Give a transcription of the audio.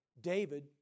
David